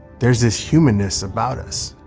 there is this humanness about us,